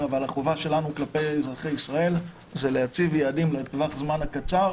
חלק מהחולים הללו חיים מקצבאות הבטחת